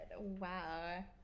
wow